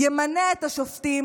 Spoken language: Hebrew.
ימנה את השופטים,